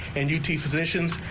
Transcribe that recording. and you t physicians.